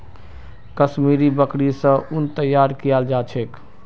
कश्मीरी बकरि स उन तैयार कियाल जा छेक